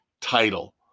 title